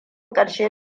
ƙarshe